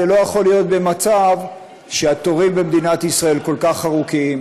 זה לא יכול להיות במצב שהתורים במדינת ישראל כל כך ארוכים,